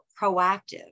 proactive